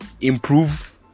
improve